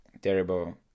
terrible